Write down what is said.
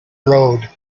road